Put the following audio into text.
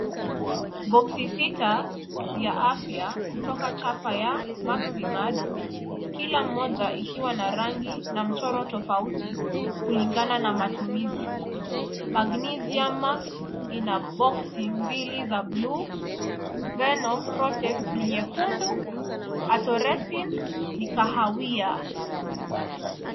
Boksi sita vya afya kutoka chapa ya Maximad, kila moja ikiwa na rangi na mchoro tofauti kulingana na matumizi. Magnesium Max ina boksi mbili za bluu, Veno Protect ni nyekundu, Atoresik ni kahawia.